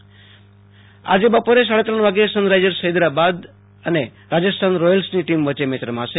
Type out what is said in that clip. જયારે આજે બપોરે સાડાત્રણ વાગ્યે સનરાઈઝ હૈદરાબાદ અને રાજસ્થાન રોયલ્સ વચ્ચે મેચ રમાશે